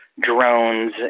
drones